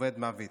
עובד מעביד